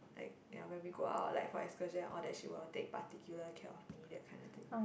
like ya when we go out like for excursion and all that she will take particular care of me that kind of thing